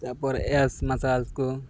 ᱛᱟᱯᱚᱨ ᱮᱥ ᱢᱟᱥᱟᱞᱥ ᱠᱩ